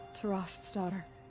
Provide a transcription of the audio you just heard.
to rost's daughter?